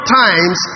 times